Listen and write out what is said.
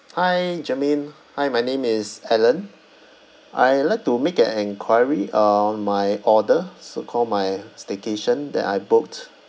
hi germaine hi my name is alan I like to make an enquiry uh on my order so call my staycation that I booked